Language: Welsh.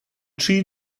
tri